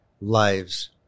lives